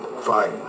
fine